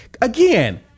again